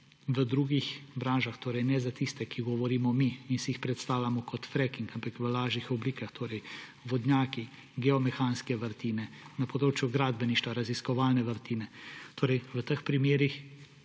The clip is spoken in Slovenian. v drugih branžah, torej ne za tiste, o katerih govorimo mi in si jih predstavljamo kot fracking, ampak je v lažjih oblikah; torej vodnjaki, geomehanske vrtine, na področju gradbeništva, raziskovalne vrtine, torej v teh primerih